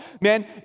man